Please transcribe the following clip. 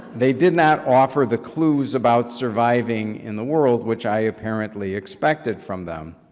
they did not offer the clues about surviving in the world, which i apparently expected from them.